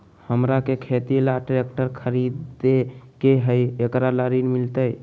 हमरा के खेती ला ट्रैक्टर खरीदे के हई, एकरा ला ऋण मिलतई?